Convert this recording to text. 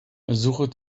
suche